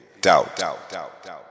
doubt